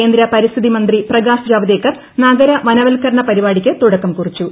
കേന്ദ്ര പരിസ്ഥിതി മന്ത്രി പ്രകാശ് ജാവദേക്കർ നഗര വനവത്ക്കരണ പരിപാടിക്ക് തുടക്കം കുറിച്ചു